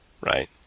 right